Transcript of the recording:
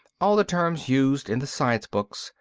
all the terms used in the science books,